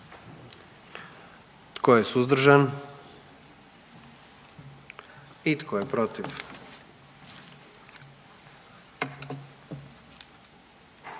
Tko je suzdržan? I tko je protiv?